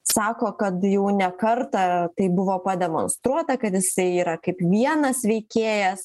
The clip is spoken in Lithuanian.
sako kad jau ne kartą tai buvo pademonstruota kad jisai yra kaip vienas veikėjas